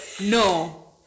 No